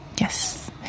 yes